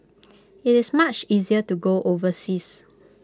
IT is much easier to go overseas